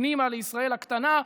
פנימה לישראל הקטנה,